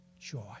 joy